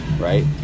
Right